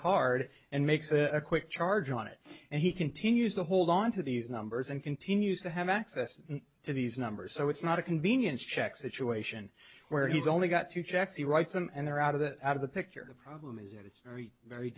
card and makes a quick charge on it and he continues to hold on to these numbers and continues to have access to these numbers so it's not a convenience check situation where he's only got two checks he writes and they're out of the out of the picture the problem is it's very